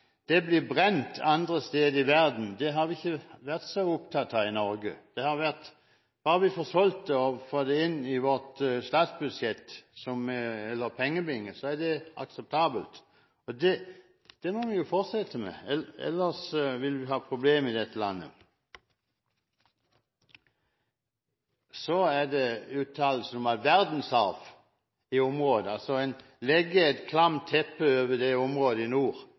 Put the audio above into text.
det blir brent andre steder i verden, det har vi ikke vært så opptatt av i Norge. Bare vi har fått solgt det og fått det inn i vårt statsbudsjett eller vår «pengebinge», har det vært akseptabelt. Det må vi jo fortsette med, ellers vil vi få problemer i dette landet. Så er det uttalelsen om verdensarvprosjektet. Det som vil skje hvis man går for langt med det prosjektet, er at man vil legge et klamt teppe over dette området i nord.